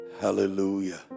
Hallelujah